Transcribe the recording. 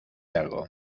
algo